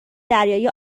دریایی